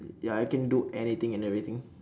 ya I can do anything and everything